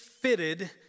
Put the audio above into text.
fitted